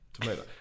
Tomato